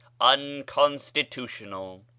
unconstitutional